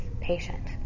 patient